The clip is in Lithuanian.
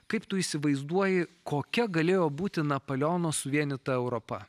kaip tu įsivaizduoji kokia galėjo būti napoleono suvienyta europa